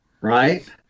right